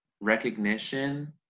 recognition